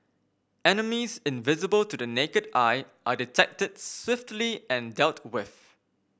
enemies invisible to the naked eye are detected swiftly and dealt with